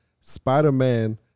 Spider-Man